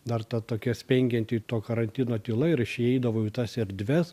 dar ta tokia spengianti to karantino tyla ir aš įeidavau į tas erdves